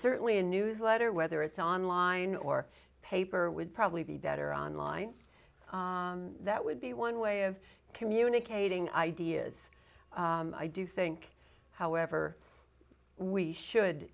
certainly a newsletter whether it's online or paper would probably be better on line that would be one way of communicating ideas i do think however we should